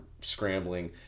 Scrambling